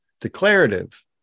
declarative